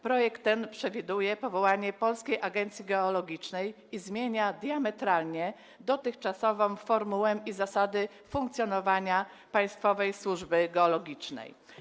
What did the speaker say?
Projekt ten przewiduje powołanie Polskiej Agencji Geologicznej i zmienia diametralnie dotychczasową formułę i zasady funkcjonowania państwowej służby geologicznej.